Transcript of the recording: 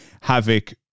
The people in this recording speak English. Havoc